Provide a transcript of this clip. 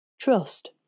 Trust